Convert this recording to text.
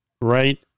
right